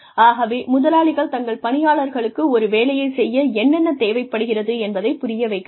ஆகவே முதலாளிகள் தங்கள் பணியாளர்களுக்கு ஒரு வேலையைச் செய்ய என்னென்ன தேவைப்படுகிறது என்பதைப் புரிய வைக்க வேண்டும்